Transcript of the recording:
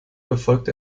verfolgt